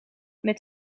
met